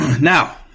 Now